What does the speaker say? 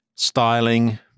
styling